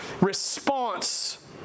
response